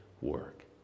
work